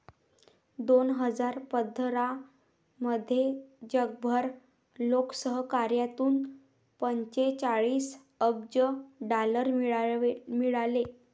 दोन हजार पंधरामध्ये जगभर लोकसहकार्यातून पंचेचाळीस अब्ज डॉलर मिळाले